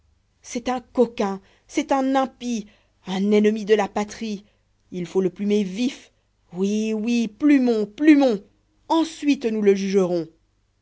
c'est un coquin c'est un impie un ennemi de la patrie il faut le plumer vif oui oui plumons plumons ensuite nous le jugerons